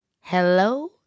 Hello